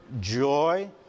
joy